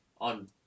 on